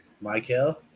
Michael